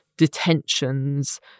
detentions